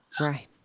right